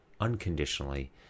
unconditionally